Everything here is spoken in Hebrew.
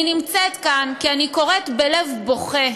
אני נמצאת כאן כי אני קוראת בלב בוכה